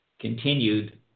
continued